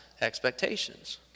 expectations